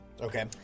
Okay